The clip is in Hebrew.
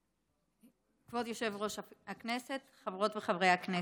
כבוד יושב-ראש הכנסת, חברות וחברי הכנסת,